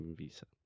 visa